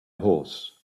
horse